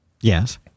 Yes